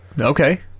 okay